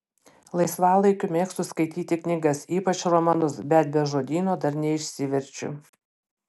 laisvalaikiu mėgstu skaityti knygas ypač romanus bet be žodyno dar neišsiverčiu